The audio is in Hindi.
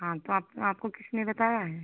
हाँ तो आप आपको किसने बताया है